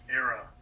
era